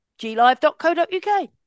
GLive.co.uk